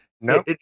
No